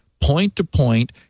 point-to-point